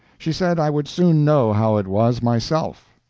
she said i would soon know how it was myself.